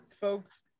folks